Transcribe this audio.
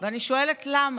ואני שואלת למה.